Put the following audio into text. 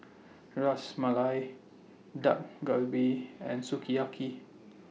Ras Malai Dak Galbi and Sukiyaki